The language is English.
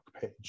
page